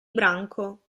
branco